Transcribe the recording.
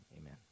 Amen